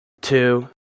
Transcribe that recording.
two